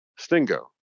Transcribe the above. stingo